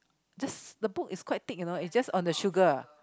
just the book is quite thick you know it's just on the sugar